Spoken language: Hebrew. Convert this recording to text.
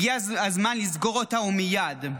הגיע הזמן לסגור אותה, ומייד.